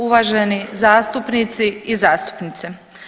Uvaženi zastupnici i zastupnice.